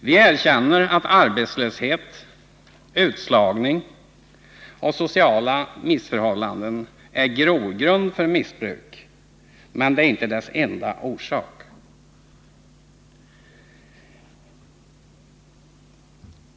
Vi erkänner att arbetslöshet, utslagning och sociala missförhållanden är grogrund för missbruk men inte dess enda orsak.